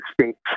states